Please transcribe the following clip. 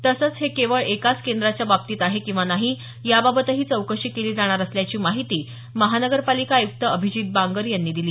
तसंच हे केवळ एकाच केंद्राच्या बाबतीत आहे किंवा नाही याबाबतही चौकशी केली जाणार असल्याची माहिती महापालिका आयुक्त अभिजीत बांगर यांनी दिली